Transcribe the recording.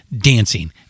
dancing